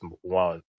one